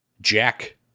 Jack